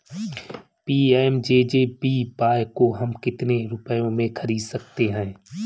PMJJBY को हम कितने रुपयों में खरीद सकते हैं?